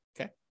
okay